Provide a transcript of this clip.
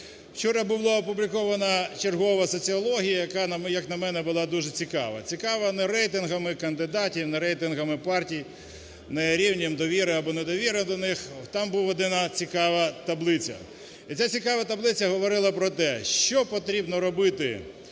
Вчора була опублікована чергова соціологія, яка, як на мене, була дуже цікава, цікава не рейтингами кандидатів, не рейтингами партій, не рівнем довіри або недовіри до них, там була одна цікава таблиця. І ця цікава таблиця говорила про те, що потрібно робити